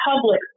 public